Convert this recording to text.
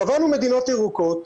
קבענו מדינות ירוקות,